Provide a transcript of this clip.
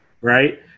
right